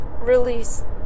release